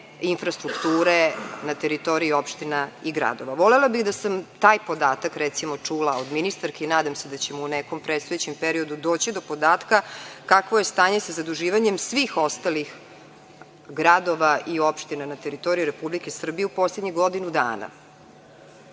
infrastrukture na teritoriji opština i gradova. Volela bih da sam taj podatak, recimo, čula od ministarke, i nadam se da ćemo u nekom predstojećem periodu doći do podatka kakvo je stanje sa zaduživanjem svih ostalih gradova i opština na teritoriji Republike Srbije u poslednjih godinu dana. Ono